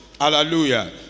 Hallelujah